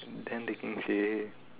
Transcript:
then the king say